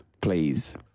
please